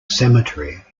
cemetery